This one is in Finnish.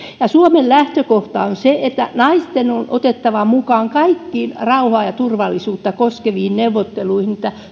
suomen lähtökohta on se että naiset on otettava mukaan kaikkiin rauhaa ja turvallisuutta koskeviin neuvotteluihin